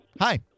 Hi